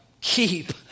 keep